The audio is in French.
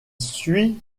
suit